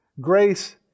Grace